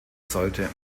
sollte